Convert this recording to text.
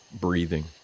breathing